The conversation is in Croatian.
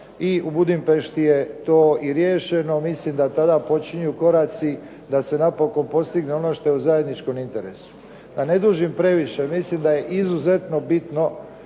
i u Budimpešti je to i riješeno. Mislim da tada počinju koraci da se napokon postigne ono što je u zajedničkom interesu. Da ne dužim previše, mislim da je izuzetno bitno